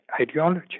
ideology